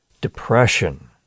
Depression